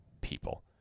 people